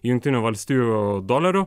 jungtinių valstijų dolerių